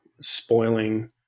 spoiling